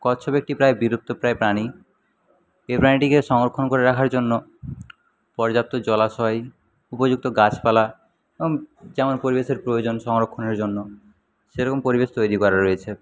কচ্ছপ একটি প্রায় বিলুপ্তপ্রায় প্রাণী এই প্রাণীটিকে সংরক্ষণ করে রাখার জন্য পর্যাপ্ত জলাশয় উপযুক্ত গাছপালা এবং যেমন পরিবেশের প্রয়োজন সংরক্ষণের জন্য সেরকম পরিবেশ তৈরি করা রয়েছে